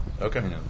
Okay